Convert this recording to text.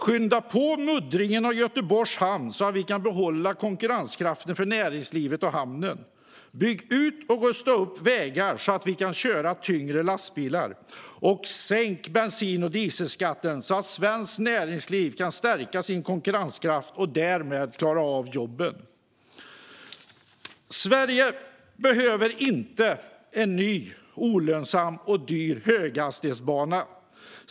Skynda på muddringen av Göteborgs hamn, så att vi kan behålla konkurrenskraften för näringslivet och hamnen! Bygg ut och rusta upp vägar, så att vi kan köra tyngre lastbilar! Sänk bensin och dieselskatten, så att svenskt näringsliv kan stärka sin konkurrenskraft och därmed klara av jobben! Sverige behöver inte en ny olönsam och dyr höghastighetsbana.